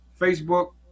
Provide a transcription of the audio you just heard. Facebook